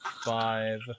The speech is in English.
Five